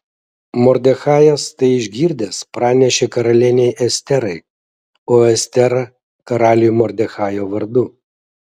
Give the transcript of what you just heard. mordechajas tai išgirdęs pranešė karalienei esterai o estera karaliui mordechajo vardu